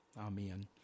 Amen